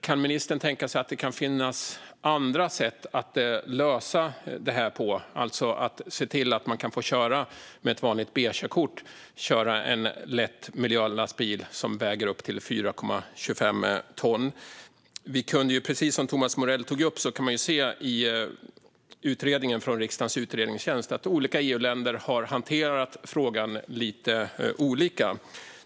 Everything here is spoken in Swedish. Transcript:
Kan ministern tänka sig att det kan finnas andra sätt att lösa det här på, alltså att se till att man med ett vanligt B-körkort kan få köra en lätt miljölastbil som väger upp till 4,25 ton? Precis som Thomas Morell tog upp kunde man se i utredningen från riksdagens utredningstjänst att olika EU-länder har hanterat frågan lite olika.